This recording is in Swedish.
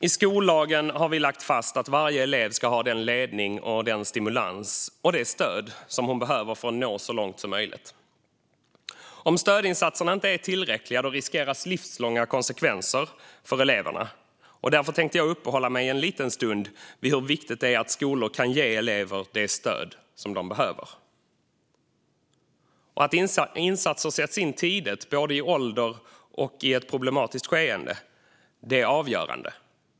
I skollagen har vi lagt fast att varje elev ska ha den ledning och stimulans och det stöd som hon behöver för att nå så långt som möjligt. Om stödinsatserna inte är tillräckliga riskerar det att få livslånga konsekvenser för eleverna. Därför tänkte jag uppehålla mig en liten stund vid hur viktigt det är att skolor kan ge elever det stöd de behöver. Att insatser sätts in tidigt, både i ålder och i ett problematiskt skeende, är avgörande.